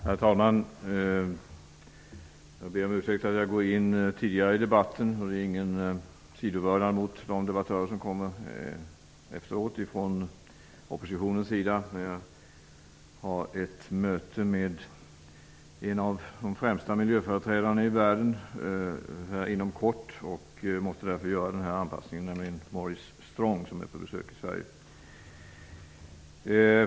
Herr talman! Jag ber om ursäkt att jag går in tidigare i debatten. Det är ingen sidovördnad mot de debattörer från oppositionen som kommer efteråt. Jag har ett möte med en av de främsta miljöföreträdarna i världen inom kort, och jag måste därför göra den här anpassningen. Det är Maurice Strong som är på besök i Sverige.